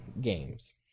games